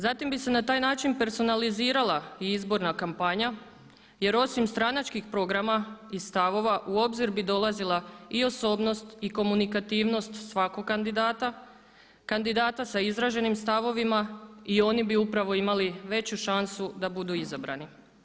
Zatim bi se na taj način personalizirala i izborna kampanja jer osim stranačkih programa i stavova u obzir bi dolazila i osobnost i komunikativnost svakog kandidata, kandidata sa izraženim stavovima i oni bi upravo imali veću šansu da budu izabrani.